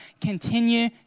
continue